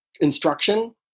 instruction